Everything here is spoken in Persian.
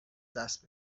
دست